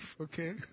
okay